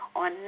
on